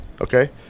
Okay